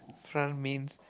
front means